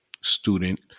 student